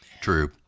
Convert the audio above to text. True